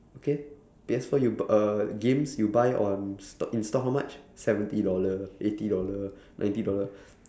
okay P_S four you b~ err games you buy on sto~ in store how much seventy dollar eighty dollar ninety dollar